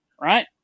Right